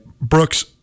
Brooks